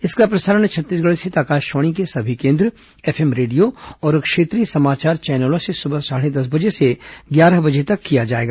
इसका प्रसारण छत्तीसगढ़ स्थित आकाशवाणी के सभी केंद्र एफएम रेडियो और क्षेत्रीय समाचार चैनलों से सुबह साढ़े दस बजे से ग्यारह बजे तक किया जाएगा